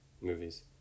movies